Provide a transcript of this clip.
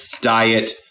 diet